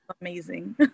amazing